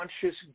conscious